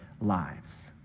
lives